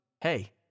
hey